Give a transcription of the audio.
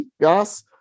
gas